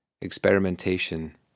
experimentation